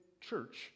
church